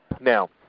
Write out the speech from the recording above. now